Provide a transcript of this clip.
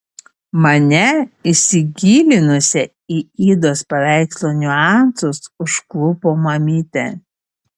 mane įsigilinusią į idos paveikslo niuansus užklupo mamytė